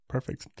Perfect